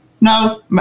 No